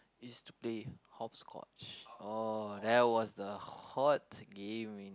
is to play hopscotch oh that was the hot game in